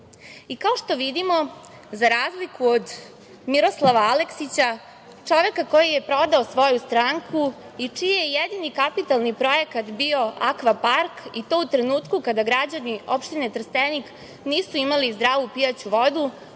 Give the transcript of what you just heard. što vidimo, za razliku od Miroslava Aleksića, čoveka koji je prodao svoju stranku i čiji je jedini kapitalni projekat bio Akva park, i to u trenutku kada građani opštine Trestenik nisu imali zdravu pijaću vodu,